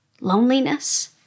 loneliness